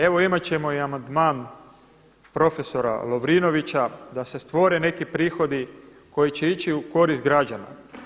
Evo imat ćemo i amandman profesora Lovrinovića da se stvore neki prihodio koji će ići u korist građana.